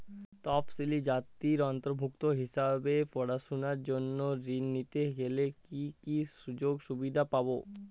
তফসিলি জাতির অন্তর্ভুক্ত হিসাবে পড়াশুনার জন্য ঋণ নিতে গেলে কী কী সুযোগ সুবিধে পাব?